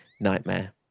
Nightmare